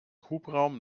hubraum